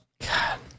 God